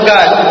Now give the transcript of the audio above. God